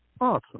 Awesome